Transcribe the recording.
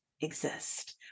exist